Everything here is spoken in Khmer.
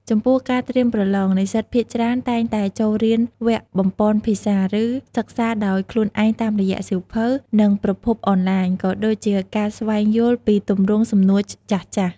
ចំពោះការត្រៀមប្រឡង និស្សិតភាគច្រើនតែងតែចូលរៀនវគ្គបំប៉នភាសា ឬសិក្សាដោយខ្លួនឯងតាមរយៈសៀវភៅ និងប្រភពអនឡាញ ក៏ដូចជាការស្វែងយល់ពីទម្រង់សំណួរចាស់ៗ។